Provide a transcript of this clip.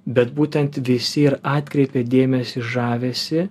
bet būtent visi ir atkreipia dėmesį žavesį